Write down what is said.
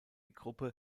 gruppe